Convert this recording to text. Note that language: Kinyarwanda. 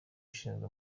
ushinzwe